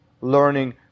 learning